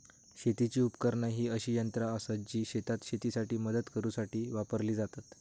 शेतीची उपकरणा ही अशी यंत्रा आसत जी शेतात शेतीसाठी मदत करूसाठी वापरली जातत